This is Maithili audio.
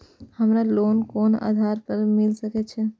हमरा लोन कोन आधार पर मिल सके छे?